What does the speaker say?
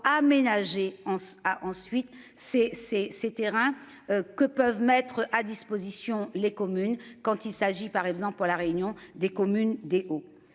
aménager en a ensuite ces ces ces terrains que peuvent mettre à disposition les communes quand il s'agit par exemple pour la réunion des communes D. O.